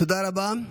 תודה רבה.